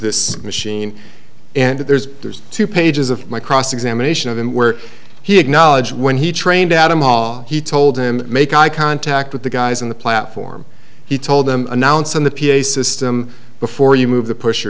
this machine and there's there's two pages of my cross examination of him where he acknowledged when he trained out of all he told him make eye contact with the guys on the platform he told them announce on the p a system before you move the pusher